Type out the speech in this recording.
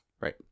Right